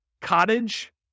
Cottage